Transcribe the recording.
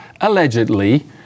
allegedly